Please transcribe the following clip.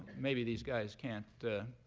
maybe these guys can't